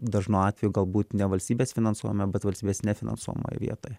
dažnu atveju galbūt ne valstybės finansuojamoj bet valstybės nefinansuojamoj vietoj